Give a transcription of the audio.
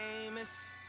famous